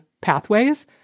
pathways